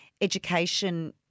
education